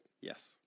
Yes